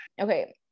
Okay